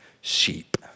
sheep